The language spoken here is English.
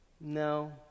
No